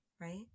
Right